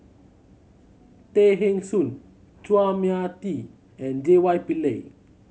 Tay Eng Soon Chua Mia Tee and J Y Pillay